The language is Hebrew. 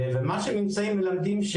ומה שהממצאים מלמדים,